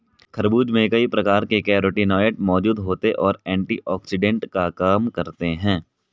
खरबूज में कई प्रकार के कैरोटीनॉयड मौजूद होते और एंटीऑक्सिडेंट का काम करते हैं